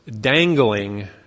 dangling